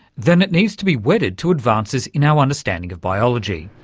then it needs to be wedded to advances in our understanding of biology,